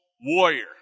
warrior